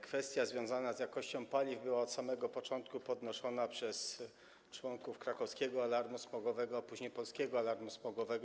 Kwestia związana z jakością paliw była od samego początku podnoszona przez członków Krakowskiego Alarmu Smogowego, a później Polskiego Alarmu Smogowego.